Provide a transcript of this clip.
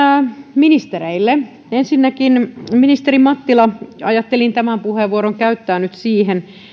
ministereille ensinnäkin ministeri mattila ajattelin tämän puheenvuoron käyttää nyt siihen